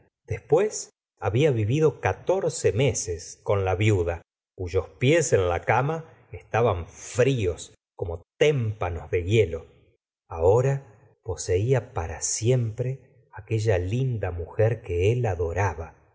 después había vivido catorce meses con la viuda cuyos pies en la cama estaban fríos como témpanos de hielo ahora poseía para siempre aquella linda mujer que él adoraba